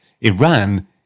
Iran